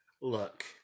Look